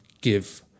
give